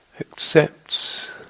accepts